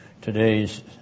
today's